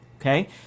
okay